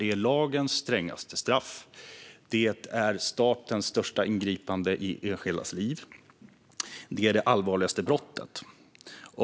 Det handlar om lagens strängaste straff, statens största ingripande i enskildas liv och om det allvarligaste brottet.